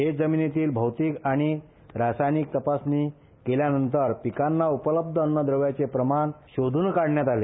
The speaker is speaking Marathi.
शेत जमीनीची भौतिक आणि रासायनिक तपासणी केल्या नंतर पिकांना उपलब्ध अन्नद्रव्याचे प्रमाण शोधून काढण्यात आले